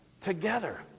together